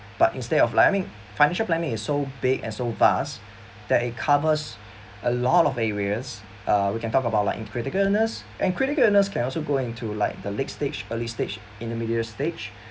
but instead of like I mean financial planning is so big and so vast that it covers a lot of areas uh we can talk about like in critical illness and critical illness can also go into like the late stage early stage intermediate stage